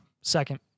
Second